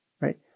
right